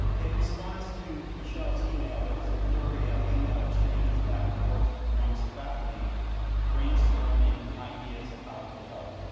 in response to michelle's email, there was a flurry of email exchanges back and forth amongst faculty brainstorming ideas of how we could help.